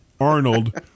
Arnold